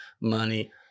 money